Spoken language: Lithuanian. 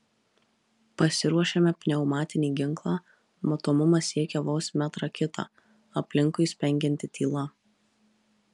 pasiruošiame pneumatinį ginklą matomumas siekia vos metrą kitą aplinkui spengianti tyla